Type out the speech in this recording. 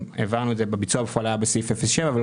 העברנו את זה כאשר הביצוע בפועל היה סעיף 07 ולא